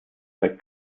bei